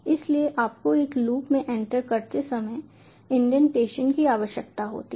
इसलिए आपको एक लूप में एंटर करते समय इंडेंटेशन की आवश्यकता होती है